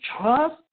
trust